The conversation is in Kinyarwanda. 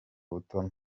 buto